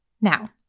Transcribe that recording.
now